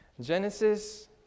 Genesis